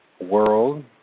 world